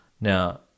Now